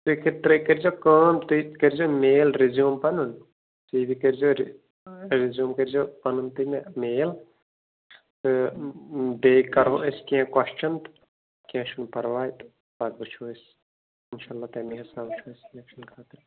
تُہۍ کٔر ترٛٲیِو کٔرزیٚو کٲم تُہۍ کٔرزیٚو میل رِزیوٗم پَنُن تُہۍ بیٚیہِ کٔرزیٚو رِزیوٗم کٔرزیٚو پَنُن تُہۍ مےٚ میل تہٕ بیٚیہِ کَرو أسۍ کینٛہہ کوسچَن تہٕ کیٚنٛہہ چھُنہٕ پَرواے تہٕ پَتہٕ وٕچھو أسۍ اِنشاء اللہ تَمے حِساب وچھو أسۍ سِلیکشَن خٲطرٕ